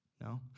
No